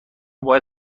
باید